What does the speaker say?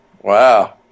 Wow